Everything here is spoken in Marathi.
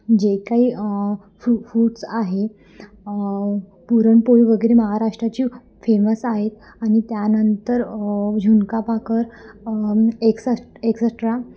जे काही फू फूड्स आहे पुरणपोळी वगैरे महाराष्ट्राची फेमस आहेत आणि त्यानंतर झुणका भाकर एक्सेस्ट एक्सेट्रा